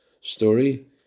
story